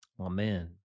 Amen